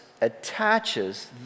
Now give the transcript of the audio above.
attaches